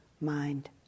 mind